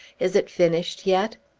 is it finished yet?